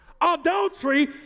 Adultery